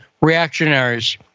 reactionaries